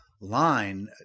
line